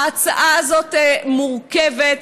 ההצעה הזאת מורכבת,